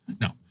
No